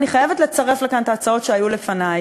אני חייבת לצרף את ההצעות שהיו כאן לפני,